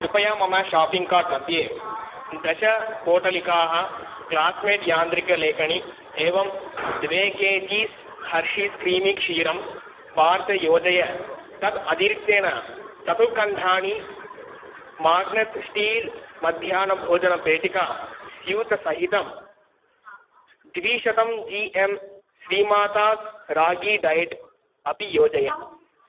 कृपया मम shopping cart मध्ये दशपोटलिकाः क्लास्मेट् यान्त्रिकलेखनी एवं द्वे केजीस् हर्शीस् क्रीमि क्षीरं बार् च योजय तत् अतिरीक्तेन चतुर्खण्डानि माग्नस् स्टील् मध्याह्न भोजनपेटिका स्यूतसहितं द्विशतं जी एम् श्रीमातास् रागी डयेट् अपि योजय